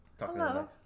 hello